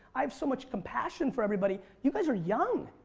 i have so much compassion for everybody, you guys are young.